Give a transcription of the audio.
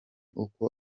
uko